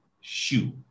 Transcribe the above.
shoe